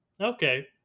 Okay